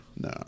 No